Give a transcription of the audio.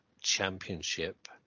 championship